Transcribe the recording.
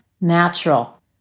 natural